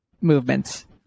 movements